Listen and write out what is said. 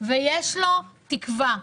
ויש לו תקווה.